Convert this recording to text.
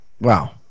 Wow